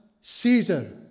Caesar